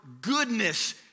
goodness